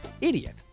Idiot